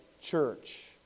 church